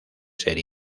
ser